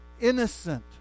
innocent